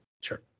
Sure